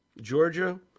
Georgia